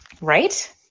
Right